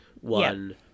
one